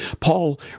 Paul